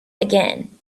again